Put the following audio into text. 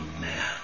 man